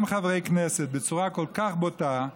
גם חברי כנסת, בצורה כל כך בוטה,